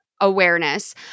awareness